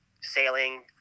sailing